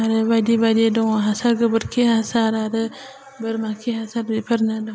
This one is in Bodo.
आरो बायदि बायदि दङ हासार गोबोरखि हासार आरो बोरमा खि हासार बेफोरनो दं